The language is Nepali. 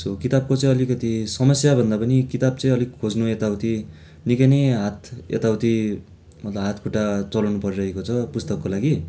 सो किताबको चाहिँ अलिकति समस्याभन्दा पनि किताब चाहिँ अलिक खोज्नु यता उति निकै नै हात यता उति मतलब हात खुट्टा चलाउनु परिरहेको छ पुस्तकको लागि